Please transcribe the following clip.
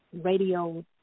radio